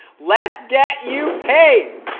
let's get you paid.